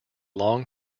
long